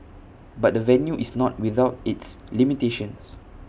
but the venue is not without its limitations